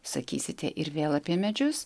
sakysite ir vėl apie medžius